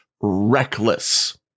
reckless